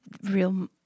real